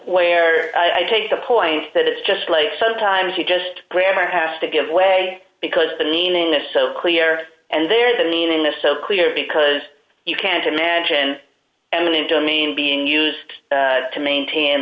where i take the point that it's just like sometimes you just grammar has to give way because the meaning is so clear and there's a meaning a so clear because you can't imagine eminent domain being used to maintain